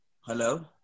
Hello